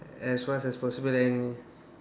as much as possible and